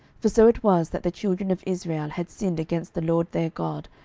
for so it was, that the children of israel had sinned against the lord their god,